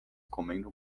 comendo